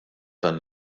tan